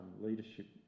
leadership